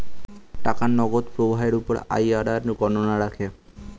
টাকার নগদ প্রবাহের উপর আইআরআর গণনা রাখে